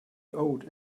owed